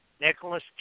Nicholas